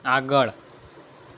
આગળ